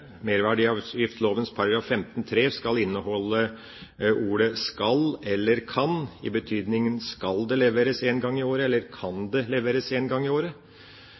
skal inneholde ordet «skal» eller «kan», i betydningen «skal det leveres en gang i året» eller «kan det leveres en gang i året».